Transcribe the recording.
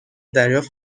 دریافت